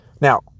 Now